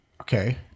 Okay